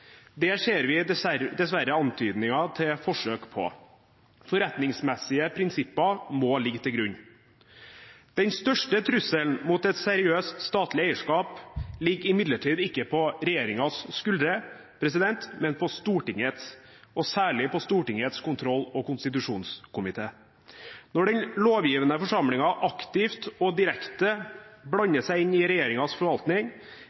Det ser vi dessverre antydninger til forsøk på. Forretningsmessige prinsipper må ligge til grunn. Den største trusselen mot et seriøst statlig eierskap ligger imidlertid ikke på regjeringens skuldre, men på Stortingets – og særlig på Stortingets kontroll- og konstitusjonskomité. Når den lovgivende forsamlingen aktivt og direkte blander seg inn i regjeringens forvaltning,